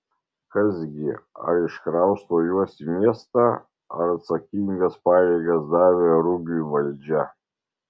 kas gi ar iškrausto juos į miestą ar atsakingas pareigas davė rugiui valdžia